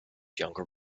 younger